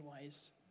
ways